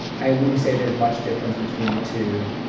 i wouldn't say there's much difference between the two.